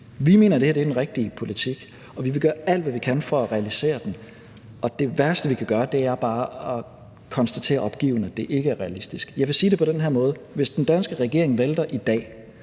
Vi mener, at det her er den rigtige politik, og vi vil gøre alt, hvad vi kan, for at realisere den, og det værste, man kan gøre, er bare at konstatere opgivende, at det ikke er realistisk. Jeg vil sige det på den her måde: Hvis den danske regeringen vælter i dag,